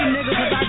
Niggas